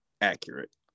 accurate